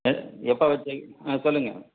ஆ எப்போ வெச்சு ஆ சொல்லுங்கள்